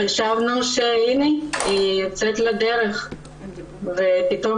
חשבנו שהנה היחידה יוצאת לדרך אבל פתאום